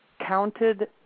counted